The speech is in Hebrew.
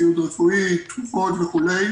ציוד רפואי וכולי.